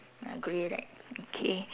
ah grey right okay